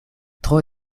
tro